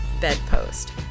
BEDPOST